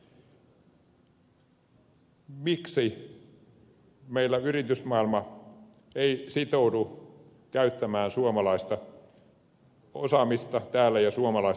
miksi meillä yritysmaailma ei sitoudu käyttämään täällä suomalaista osaamista ja suomalaista työtä